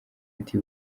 ati